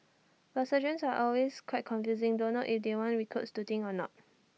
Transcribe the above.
but sergeants are also quite confusing don't know if they want recruits to think or not